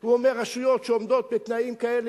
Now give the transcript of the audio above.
הוא אומר שרשויות שעומדות בתנאים כאלה,